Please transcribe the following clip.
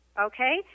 Okay